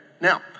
Now